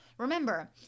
Remember